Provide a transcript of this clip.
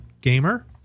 gamer